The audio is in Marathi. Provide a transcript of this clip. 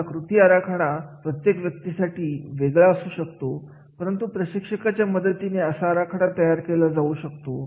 असा कृती आराखडा प्रत्येक संस्थेसाठी वेगळा असू शकतो परंतु प्रशिक्षकांच्या मदतीने असा आराखडा तयार केला जाऊ शकतो